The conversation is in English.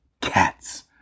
Cats